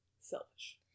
selfish